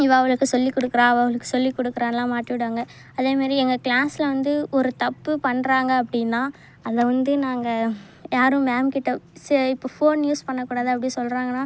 இவள் அவளுக்கு சொல்லி கொடுக்குறா அவள் அவங்களுக்கு சொல்லி கொடுக்குறான்லா மாட்டி விடுவாங்க அதே மாரி எங்கள் க்ளாஸில் வந்து ஒரு தப்பு பண்ணுறாங்க அப்படின்னா அதில் வந்து நாங்கள் யாரும் மேம் கிட்ட சே இப்போ ஃபோன் யூஸ் பண்ண கூடாது அப்படி சொல்கிறாங்கனா